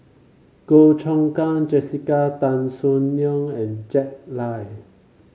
Goh Choon Kang Jessica Tan Soon Neo and Jack Lai